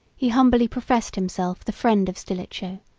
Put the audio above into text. he humbly professed himself the friend of stilicho,